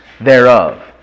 thereof